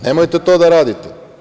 Nemojte to da radite.